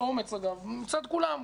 באומץ אגב מצד כולם,